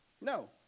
No